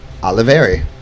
Oliveri